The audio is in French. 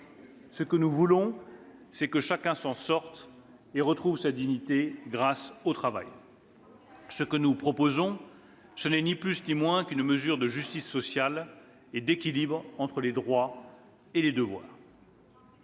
Ce que nous voulons, c'est que chacun s'en sorte et retrouve sa dignité grâce au travail. Ce que nous proposons, ce n'est ni plus ni moins qu'une mesure de justice sociale et d'équilibre entre droits et devoirs.